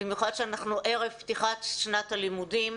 במיוחד כשאנחנו ערב פתיחת שנת הלימודים.